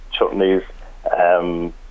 chutneys